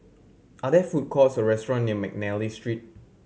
are there food courts or restaurant near McNally Street